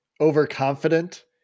overconfident